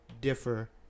differ